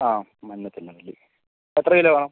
ആ മഞ്ഞ ജമന്തി എത്ര കിലൊ വേണം